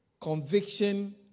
Conviction